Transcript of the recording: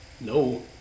No